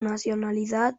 nacionalidad